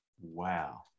Wow